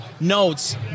notes